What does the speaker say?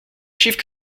chiffres